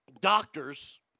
doctors